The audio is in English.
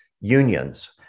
unions